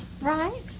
Right